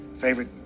favorite